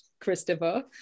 Christopher